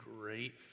great